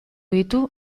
ditu